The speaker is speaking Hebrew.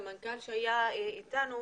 הסמנכ"ל שהיה אתנו: